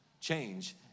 Change